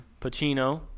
Pacino